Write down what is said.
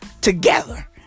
together